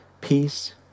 peace